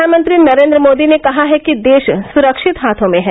प्रधानमंत्री नरेन्द्र मोदी ने कहा है कि देश सुरक्षित हाथों में है